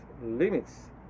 limits